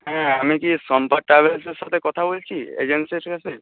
হ্যাঁ আমি কি শম্পা ট্রাভেলসের সাথে কথা বলছি এজেন্সের সাথে